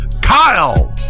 Kyle